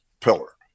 pillar